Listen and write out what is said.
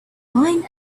mine